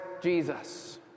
Jesus